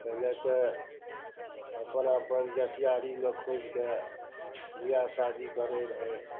पहिले तऽ अपना अपन जतिआरीमे खोजिके बिआह शादी करै रहै